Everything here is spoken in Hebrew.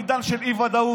בעידן של אי-ודאות,